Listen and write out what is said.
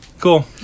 Cool